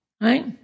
Right